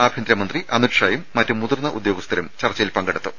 ആഭ്യന്തരമന്ത്രി അമിത്ഷായും മറ്റ് മുതിർന്ന ഉദ്യോഗസ്ഥരും ചർച്ചയിൽ പങ്കെടുത്തു